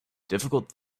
difficult